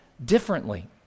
differently